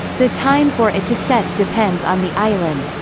the time for it to set depends on the island.